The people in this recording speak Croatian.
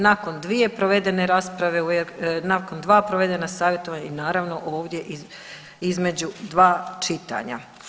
Nakon 2 provedene rasprave, nakon 2 provedena savjetovanja i naravno ovdje između 2 čitanja.